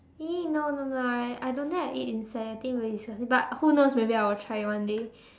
!ee! no no no I I don't dare to eat insect I think very disgusting but who knows maybe I will try it one day